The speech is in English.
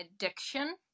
addiction